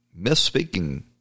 misspeaking